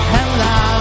Hello